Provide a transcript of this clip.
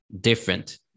different